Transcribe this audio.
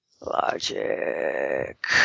Logic